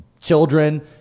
children